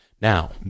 Now